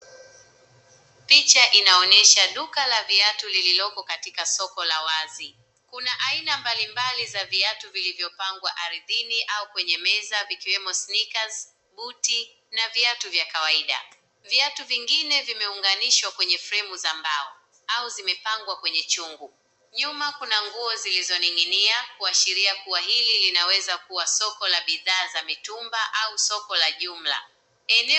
Picha inaonyesha duka la viatu lililoko katika soko la wazi. Kuna aina mbali mbali za viatu zilizopangwa ardhini au kwenye meza zikiwemo [sneakers] buti na viatu vya kawaida. Viatu vingine vimeunganishwa kwenye sehemu za mbao au zimepangwa kwenye chungu nyuma kuna nguo zilizoning'inia kuashiria kuwa hili linaweza kuwa soko la bidhaa za mitumba au soko la jumla. Eneo..